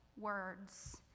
words